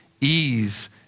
ease